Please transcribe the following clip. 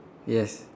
yes